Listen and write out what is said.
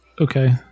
Okay